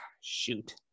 shoot